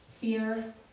fear